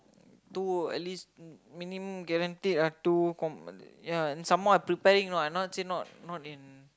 two at least minimum guaranteed ah two com~ ya some more I preparing know I not say not not in